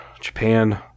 Japan